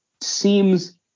seems